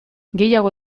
gehiago